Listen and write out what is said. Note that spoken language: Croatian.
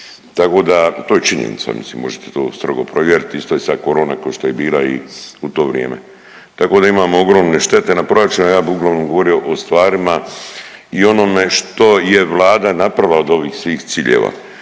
Tako da, to je činjenica, mislim možete to strogo provjeriti, isto je sad korona košto je bila i u to vrijeme, tako da imamo ogromne štete na proračunu, a ja bi uglavnom govorio o stvarima i onome što je Vlada napravila od ovih svih ciljeva